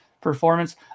performance